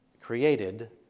created